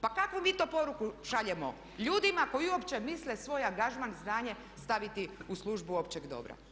Pa kakvu mi to poruku šaljemo ljudima koji uopće misle svoj angažman, znanje staviti u službu općeg dobra?